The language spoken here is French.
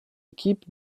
équipe